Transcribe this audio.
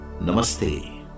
Namaste